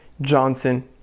Johnson